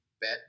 bet